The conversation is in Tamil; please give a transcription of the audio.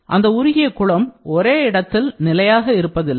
அந்த உருகிய குளம் ஒரே இடத்தில் நிலையாக இருப்பதில்லை